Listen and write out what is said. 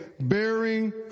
bearing